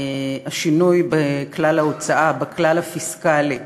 השינוי בכלל ההוצאה, בכלל הפיסקלי.